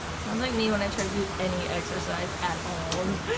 sounds like me when i try to do any exercise at all. just.